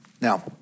Now